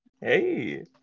Hey